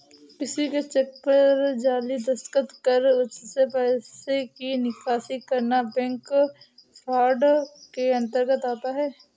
किसी के चेक पर जाली दस्तखत कर उससे पैसे की निकासी करना बैंक फ्रॉड के अंतर्गत आता है